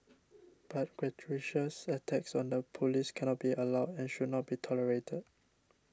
but gratuitous attacks on the police cannot be allowed and should not be tolerated